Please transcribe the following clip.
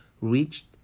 reached